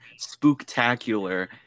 spooktacular